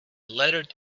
lettered